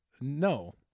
no